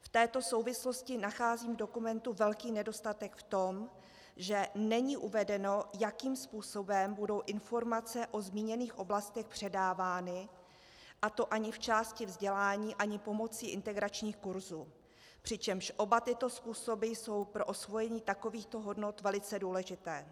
V této souvislosti nacházím v dokumentu velký nedostatek v tom, že není uvedeno, jakým způsobem budou informace o zmíněných oblastech předávány, a to ani v části vzdělání ani pomocí integračních kurzů, přičemž oba tyto způsoby jsou pro osvojení takovýchto hodnot velice důležité.